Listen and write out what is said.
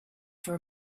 for